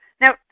Now